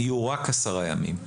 יהיו רק עשרה ימים,